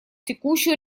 текущую